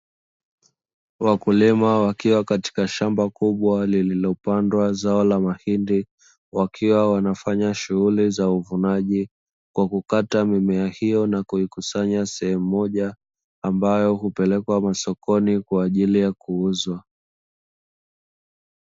Wakulima wakiwa katika shamba kubwa lililopandwa zao la mahindi wakiwa wanafanya shughuli za uvunaji kwa kukata mimea hiyo na kuikusanya sehemu moja ambayo hupelekwa masokoni kwa ajili ya kuuzwa